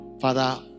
Father